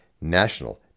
national